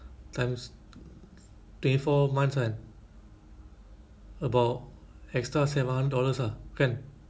times twenty four months kan about extra seven hundred dollars ah kan